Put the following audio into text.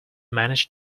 manage